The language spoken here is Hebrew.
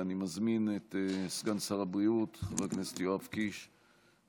אני מזמין את סגן שר הבריאות חבר הכנסת יואב קיש להשיב.